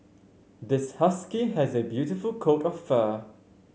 this husky has a beautiful coat of fur